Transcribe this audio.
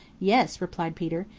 yes, replied peter.